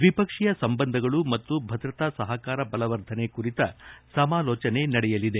ದ್ವಿಪಕ್ಷೀಯ ಸಂಬಂಧಗಳು ಮತ್ತು ಭದ್ರತಾ ಸಹಕಾರ ಬಲವರ್ಧನೆ ಕುರಿತ ಸಮಾಲೋಚನೆ ನಡೆಯಲಿದೆ